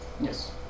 Yes